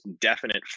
definite